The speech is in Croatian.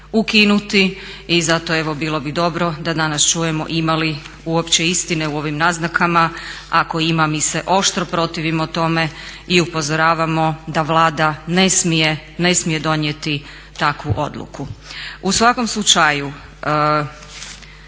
ukinuti i zato evo bilo bi dobro da danas čujemo ima li uopće istine u ovim naznakama. Ako ima mi se oštro protivimo tome i upozoravamo da Vlada ne smije donijeti takvu odluku. U svakom slučaju